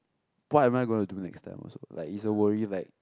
what I'm gonna do next time also like it's a worry like